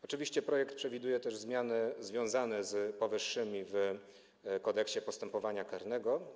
Oczywiście projekt przewiduje też zmiany związane z powyższymi w Kodeksie postępowania karnego.